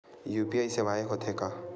UPI सेवाएं हो थे का?